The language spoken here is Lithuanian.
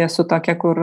esu tokia kur